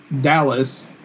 Dallas